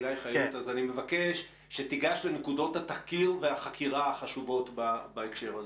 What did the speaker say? אני מבקש שתיגש לנקודות התחקיר והחקירה החשובות בהקשר הזה.